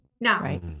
now